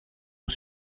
ont